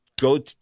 go